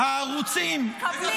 גם אחרים מקבלים.